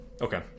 Okay